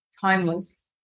timeless